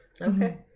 Okay